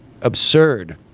absurd